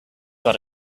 got